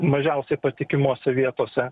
mažiausiai patikimos vietose